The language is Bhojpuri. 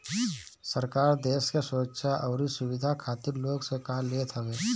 सरकार देस के सुरक्षा अउरी सुविधा खातिर लोग से कर लेत हवे